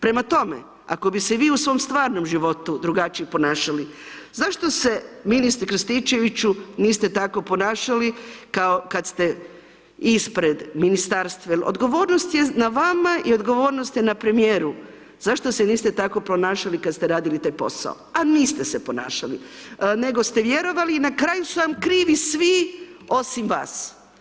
Prema tome, ako bi se i vi u svom stvarnom životu drugačije ponašali, zašto se ministru Krstičeviću niste tako ponašali kao kad ste ispred ministarstva, odgovornost je na vama i odgovornost je na premijeru, zašto se niste tako ponašali kad ste radili taj posao, a niste se ponašali, nego ste vjerovali i na kraju su vam krivi svi osim vas.